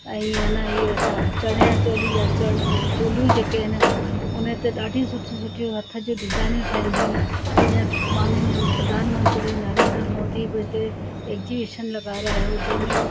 ऐं ईअं न इहे चनिया चोली जा चन चोलियूं जेके आहिनि उन ते ॾाढी सुठी सुठी हथ जा डिज़ाइनियूं ठाहींदियूं आहिनि इहे माननीय प्रधान मंत्री नरेंद्र मोदी हिते एक्ज़ीबिशन लॻायो जंहिंमे